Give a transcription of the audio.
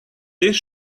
this